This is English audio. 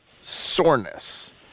soreness